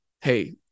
hey